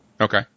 Okay